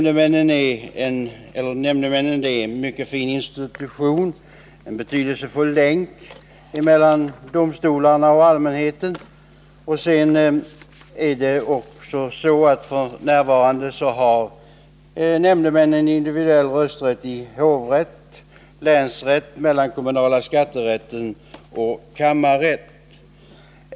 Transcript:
Det är fråga om en mycket fin institution och en betydelsefull länk mellan domstolarna och allmänheten. F.n. har också nämndemännen individuell rösträtt i hovrätt, länsrätt, mellankommunala skatterätten och kammarrätt.